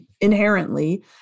inherently